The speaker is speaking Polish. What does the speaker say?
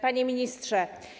Panie Ministrze!